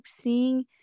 seeing